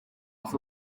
off